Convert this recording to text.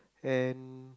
and